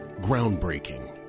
Groundbreaking